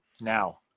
now